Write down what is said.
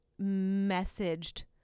messaged